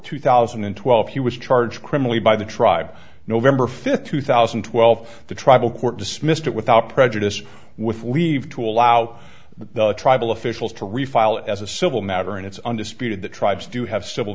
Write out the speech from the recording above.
two thousand and twelve he was charged criminally by the tribe november fifth two thousand and twelve the tribal court dismissed without prejudice with leave to allow the tribal officials to refile as a civil matter and it's undisputed that tribes do have civil